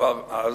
כבר אז.